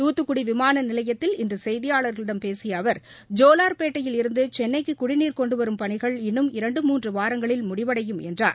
தூத்துக்குடி விமான நிலையத்தில் இன்று செய்தியாளர்களிடம் பேசிய அவர் ஜோலார்பேட்டையில் இருந்து சென்னைக்கு குடிநீர் கொண்டு வரும் பணிகள் இன்னும் இரண்டு மூன்று வாரங்களில் முடிவடையும் என்றார்